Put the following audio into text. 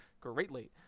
greatly